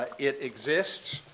it exists.